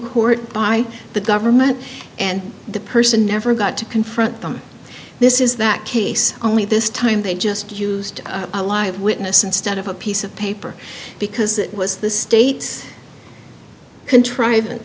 court by the government and the person never got to confront them this is that case only this time they just used a live witness instead of a piece of paper because it was the state's contriv